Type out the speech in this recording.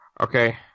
Okay